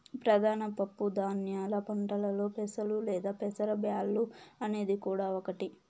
ప్రధాన పప్పు ధాన్యాల పంటలలో పెసలు లేదా పెసర బ్యాల్లు అనేది కూడా ఒకటి